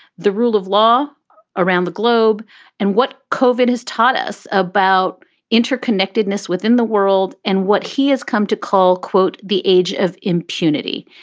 the rule of law around the globe and what cauvin has taught us about interconnectedness within the world and what he has come to call, quote, the age of impunity.